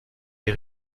est